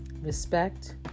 respect